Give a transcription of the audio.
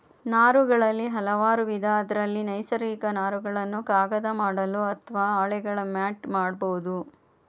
ನಾರುಗಳಲ್ಲಿ ಹಲವಾರುವಿಧ ಅದ್ರಲ್ಲಿ ನೈಸರ್ಗಿಕ ನಾರುಗಳನ್ನು ಕಾಗದ ಮಾಡಲು ಅತ್ವ ಹಾಳೆಗಳ ಮ್ಯಾಟ್ ಮಾಡ್ಬೋದು